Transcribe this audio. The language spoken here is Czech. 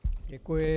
Děkuji.